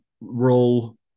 role